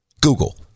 google